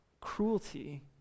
cruelty